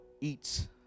eats